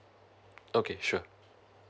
okay sure